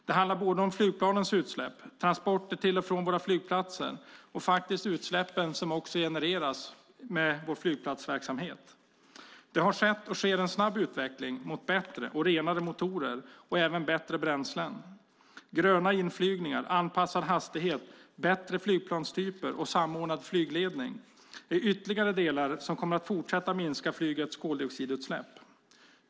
Det handlar om flygplanens utsläpp, transporter till och från våra flygplatser och faktiskt utsläppen som genereras i vår flygplatsverksamhet. Det har skett och sker en snabb utveckling mot bättre och renare motorer och även bättre bränslen. Gröna inflygningar, anpassad hastighet, bättre flygplanstyper och samordnad flygledning är ytterligare delar som kommer att fortsätta att minska flygets koldioxidutsläpp.